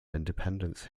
independence